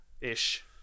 ish